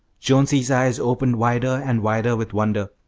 jonesy's eyes opened wider and wider with wonder.